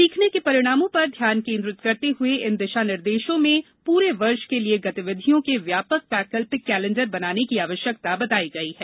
सीखने के परिणामों पर ध्यान केन्द्रित करते हुए इन दिशा निर्देशों में पूरे वर्ष के लिए गतिविधियों के व्यापक वैकल्पिक कैलेंडर बनाने की आवश्यकता बतायी गई है